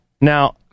now